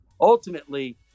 ultimately